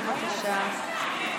בבקשה.